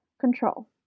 Control